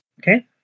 Okay